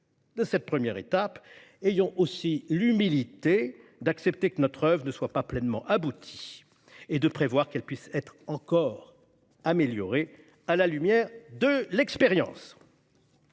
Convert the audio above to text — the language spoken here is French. de cette première étape, ayons aussi l'humilité d'accepter que notre oeuvre ne soit pas pleinement aboutie et de prévoir qu'elle puisse être encore améliorée à la lumière de l'expérience.